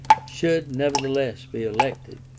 should nevertheless be elected.